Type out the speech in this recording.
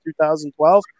2012